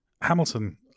Hamilton